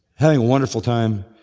having a wonderful time,